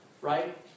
right